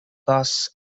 bus